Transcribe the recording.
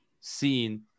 seen